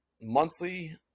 monthly